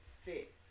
fix